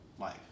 life